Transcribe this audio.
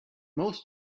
most